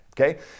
Okay